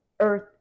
earth